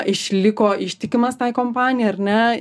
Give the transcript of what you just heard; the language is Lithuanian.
išliko ištikimas tai kompanija ar ne